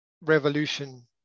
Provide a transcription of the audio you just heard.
revolution